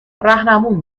رهنمون